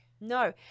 No